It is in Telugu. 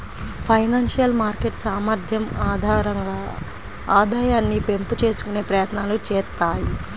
ఫైనాన్షియల్ మార్కెట్ సామర్థ్యం ఆధారంగా ఆదాయాన్ని పెంపు చేసుకునే ప్రయత్నాలు చేత్తాయి